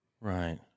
Right